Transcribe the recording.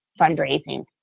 fundraising